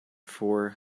four